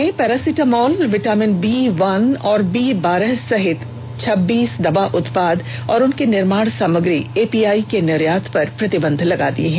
सरकार ने paracetamol vitamin B एक और बी बारह सहित छबीस दवा उत्पाद और उनकी निर्माण सामग्री ए पी आई के निर्यात पर प्रतिबंध लगा दिया है